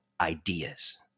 Ideas